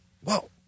whoa